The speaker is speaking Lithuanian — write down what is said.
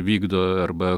vykdo arba